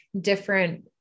different